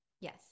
Yes